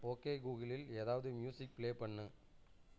okay கூகுளில் ஏதாவது music play பண்ணு